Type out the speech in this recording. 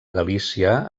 galícia